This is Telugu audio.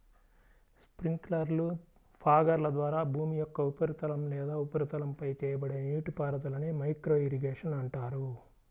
స్ప్రింక్లర్లు, ఫాగర్ల ద్వారా భూమి యొక్క ఉపరితలం లేదా ఉపరితలంపై చేయబడే నీటిపారుదలనే మైక్రో ఇరిగేషన్ అంటారు